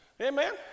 amen